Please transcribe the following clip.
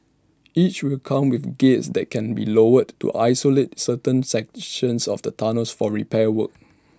each will come with gates that can be lowered to isolate certain sections of the tunnels for repair works